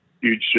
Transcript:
huge